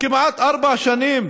כמעט ארבע שנים?